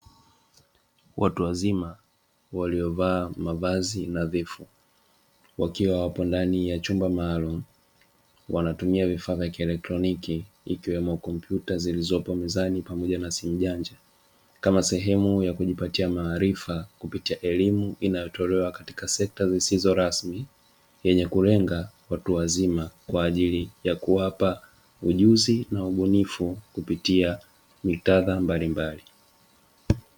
Watu wazima waliovaa mavazi nadhifu, wakiwa wapo ndani ya chumba maalumu. Wanatumia vifaa vya kielektroniki ikiwemo kompyuta zilizoko mezani pamoja na simu janja kama sehemu ya kujipatia maarifa kupitia elimu inayotolewa katika sekta zisizo rasmi, yenye kulenga watu wazima kwa ajili ya kuwapa ujuzi na ubunifu kupitia muktadha mbalimbali.